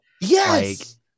Yes